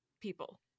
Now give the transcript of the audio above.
people